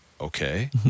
okay